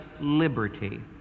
liberty